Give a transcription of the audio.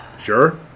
Sure